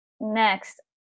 next